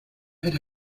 era